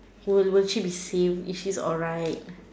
will will she be same if she's alright